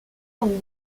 hon